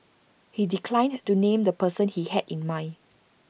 he declined to name the person he had in mind